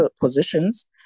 positions